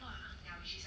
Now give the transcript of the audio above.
!wah!